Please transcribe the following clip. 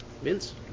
Vince